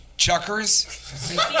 Chuckers